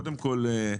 קודם כול,